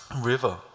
river